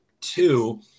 Two